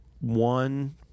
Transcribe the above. one